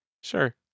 Sure